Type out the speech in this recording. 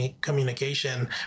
communication